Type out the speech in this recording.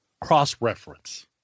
cross-reference